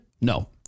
no